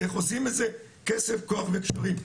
איך עושים את זה, כסף כוח וקשרים.